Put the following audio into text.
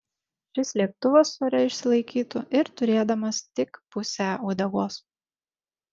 šis lėktuvas ore išsilaikytų ir turėdamas tik pusę uodegos